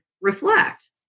reflect